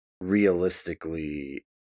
realistically